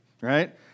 right